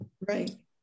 Right